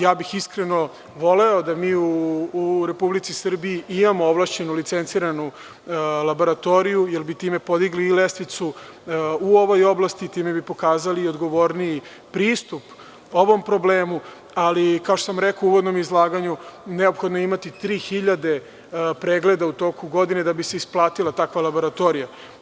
Ja bih iskreno voleo da mi u Republici Srbiji imamo ovlašćenu licenciranu laboratoriju, jer bi time podigli i lestvicu u ovoj oblasti i time bi pokazali odgovorniji pristup ovom problemu, ali, kao što sam rekao u uvodnom izlaganju, neophodno je imati 3.000 pregleda u toku godine da bi se isplatila takva laboratorija.